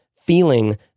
feeling